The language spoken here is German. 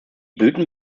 blüten